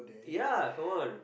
ya come on